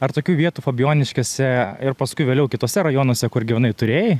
ar tokių vietų fabijoniškėse ir paskui vėliau kituose rajonuose kur gyvenai turėjai